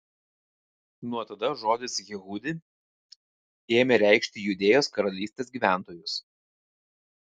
nuo tada žodis jehudi ėmė reikšti judėjos karalystės gyventojus